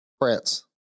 France